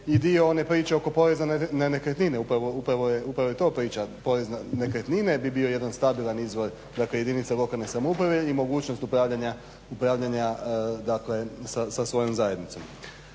i dio one priče oko poreza na nekretnine. Upravo je to priča porez na nekretnine bi bio jedan stabilan izvor dakle jedinica lokalne samouprave i mogućnost upravljanja dakle sa svojom zajednicom.